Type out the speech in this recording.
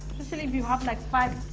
especially if you have like five,